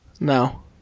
No